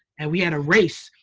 and we had a race.